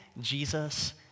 Jesus